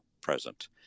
present